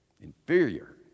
inferior